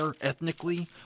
ethnically